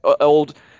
old